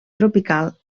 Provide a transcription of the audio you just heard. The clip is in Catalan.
tropical